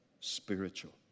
spiritual